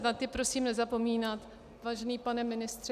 Na ty prosím nezapomínat, vážený pane ministře.